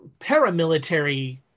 paramilitary